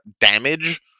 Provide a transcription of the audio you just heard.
damage